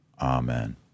Amen